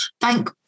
Thank